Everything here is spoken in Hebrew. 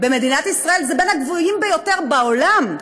במדינת ישראל זה מהגבוהים ביותר בעולם.